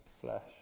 flesh